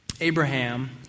Abraham